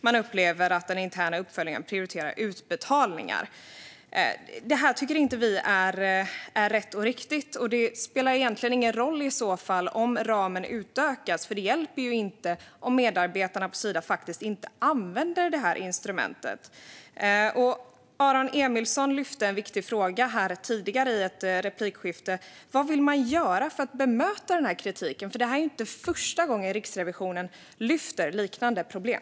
De upplever att den interna uppföljningen prioriterar utbetalningar. Vi tycker inte att det här är rätt och riktigt. Och det spelar i så fall egentligen ingen roll om ramen utökas, för det hjälper inte om medarbetarna på Sida faktiskt inte använder detta instrument. Aron Emilsson lyfte en viktig fråga i ett tidigare replikskifte: Vad vill man göra för att bemöta kritiken? Det är ju inte första gången Riksrevisionen lyfter liknande problem.